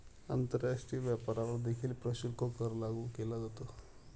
आंतरराष्ट्रीय व्यापारावर देखील प्रशुल्क कर लागू केला जातो